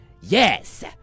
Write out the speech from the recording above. Yes